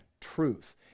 truth